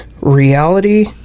reality